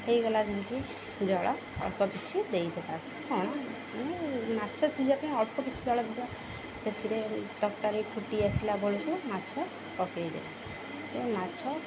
ହେଇଗଲା ଯେମିତି ଜଳ ଅଳ୍ପ କିଛି ଦେଇ ଦେବା କ'ଣ ମାଛ ଶିିବା ପାଇଁ ଅଳ୍ପ କିଛି ଜଳ ଦେ ସେଥିରେ ତରକାରାରେ ଫୁଟି ଆସିଲା ବଳକୁ ମାଛ ପକେଇ ଦବେ ମାଛ